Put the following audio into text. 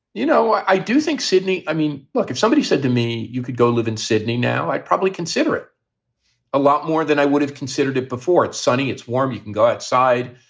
you know, i do think sydney. i mean, look, if somebody said to me you could go live in sydney now, i'd probably consider it a lot more than i would have considered it before. it's sunny. it's warm. you can go outside.